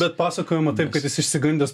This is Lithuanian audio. bet pasakojama taip kad jis išsigandęs